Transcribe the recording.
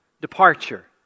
Departure